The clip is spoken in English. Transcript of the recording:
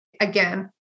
again